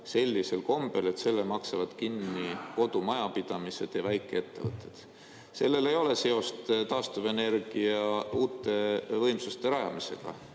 sellisel kombel, et selle maksavad kinni kodumajapidamised ja väikeettevõtted. Sellel ei ole seost uute taastuvenergiavõimsuste rajamisega.